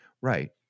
Right